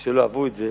או שלא אהבו את זה,